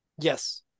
Yes